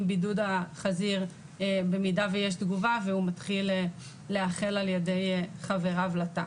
בידוד החזיר במידה שיש תגובה והוא מתחיל להיאכל על ידי חבריו לתא.